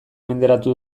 menderatu